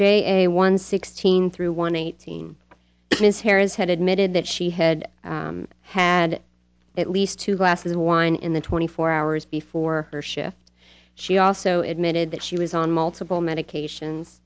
j one sixteen through one eighteen ms harris had admitted that she had had at least two glasses of wine in the twenty four hours before her shift she also admitted that she was on multiple medications